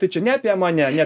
tai čia ne apie mane ne